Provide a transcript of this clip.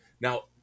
now